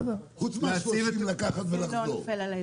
חוץ מאשר לקחת ולחזור.